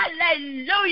Hallelujah